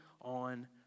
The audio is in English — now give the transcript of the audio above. on